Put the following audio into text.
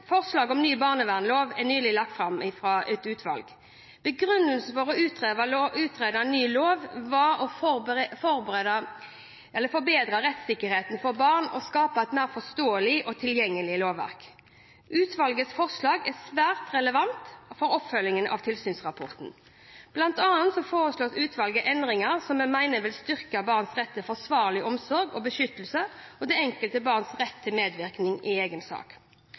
om ny barnevernslov er nylig lagt fram av et utvalg. Begrunnelsen for å utrede en ny lov var å forbedre rettssikkerheten for barn og skape et mer forståelig og tilgjengelig lovverk. Utvalgets forslag er svært relevante for oppfølgingen av tilsynsrapporten. Blant annet foreslår utvalget endringer som det mener vil styrke barns rett til forsvarlig omsorg og beskyttelse og det enkelte barns rett til medvirkning i egen sak.